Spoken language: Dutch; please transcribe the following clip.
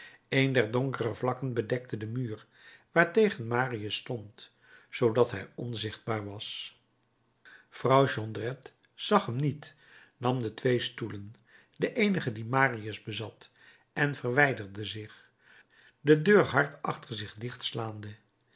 een dezer donkere vakken bedekte den muur waartegen marius stond zoodat hij onzichtbaar was vrouw jondrette zag hem niet nam de twee stoelen de eenige die marius bezat en verwijderde zich de deur hard achter zich